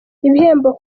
ibihembo